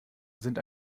sind